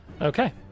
Okay